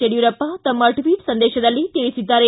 ಯಡಿಯೂರಪ್ಪ ತಮ್ಮ ಟ್ವೀಟ್ ಸಂದೇಶದಲ್ಲಿ ತಿಳಿಸಿದ್ದಾರೆ